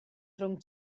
rhwng